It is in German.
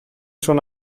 schon